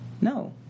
No